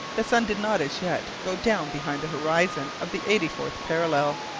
the sun did not as yet go down behind the horizon of the eighty-fourth parallel.